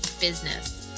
business